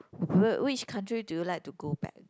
wh~ which country do you like to go back again